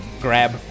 grab